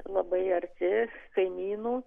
labai arti kaimynų